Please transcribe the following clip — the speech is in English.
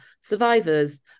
survivors